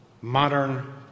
modern